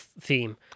theme